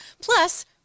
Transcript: Plus